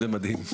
זה מדהים.